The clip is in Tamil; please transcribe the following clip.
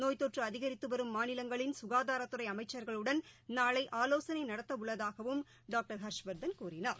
நோய் தொற்றுஅதிகரித்துவரும் மாநிலங்களின் சுகாதாத்துறைஅமைச்சர்களுடன் நாளை ஆலோசனைநடத்தஉள்ளதாகவும் டாக்டர் ஹர்ஷ்வர்தன் கூறினார்